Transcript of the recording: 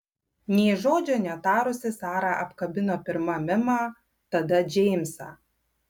nė žodžio netarusi sara apkabino pirma mimą tada džeimsą